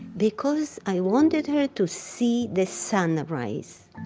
because i wanted her to see the sunrise.